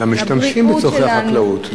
למשתמשים בתוצרת החקלאות,